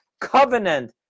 covenant